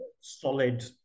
solid